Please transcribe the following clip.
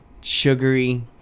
sugary